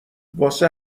واسه